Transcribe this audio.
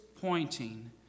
pointing